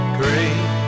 great